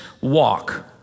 walk